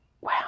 Wow